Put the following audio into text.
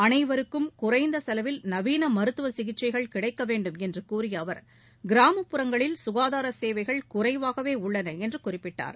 அனைவருக்கும் குறைந்த செலவில் நவீன மருத்துவ சிகிச்சைகள் கிடைக்க வேண்டும் என்று கூறிய அவர் கிராமப்புறங்களில் சுகாதார சேவைகள் குறைவாகவே உள்ளன என்று குறிப்பிட்டார்